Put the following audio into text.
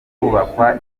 kubakwa